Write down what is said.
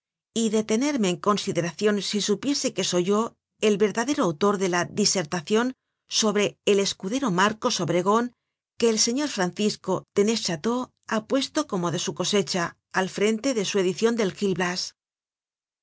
y de tenerme en consideracion si supiese que soy yo el verdadero autor de la disertacion sobre el escudero marcos obregon que el señor francisco de neufchateau ha puesto como de su cosecha al frente de su edicion del